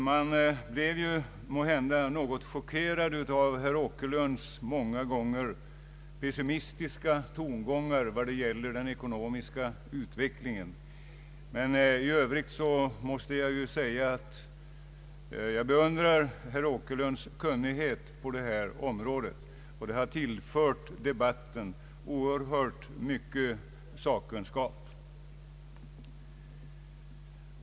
Man blev måhända något chockerad av herr Åkerlunds pessimistiska tongångar vad det gäller den ekonomiska utvecklingen, men i övrigt måste jag säga, att jag beundrar herr Åkerlunds kunnighet på detta område. Den har tillfört debatten oerhört mycket sakkunskap.